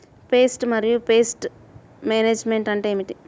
Pest మరియు pest management అంటే ఏమిటి?